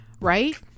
right